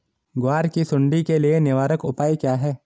ग्वार की सुंडी के लिए निवारक उपाय क्या है?